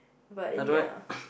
but ya